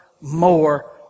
more